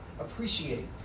appreciate